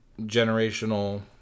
generational